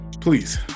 Please